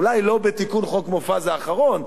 אולי לא בתיקון חוק מופז האחרון,